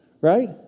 Right